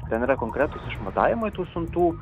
ten yra konkretūs išmatavimai tų siuntų